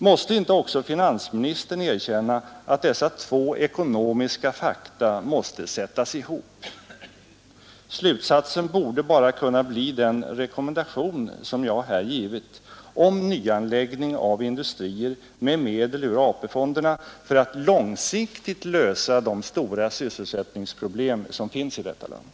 Måste inte också finansministern erkänna, att dessa två ekonomiska fakta måste sättas ihop? Slutsatsen borde bara kunna bli den rekommendation som jag har givit om nyanläggning av industrier med medel ur AP-fonderna för att långsiktigt lösa de stora sysselsättningsproblem som finns i detta land.